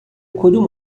کدوم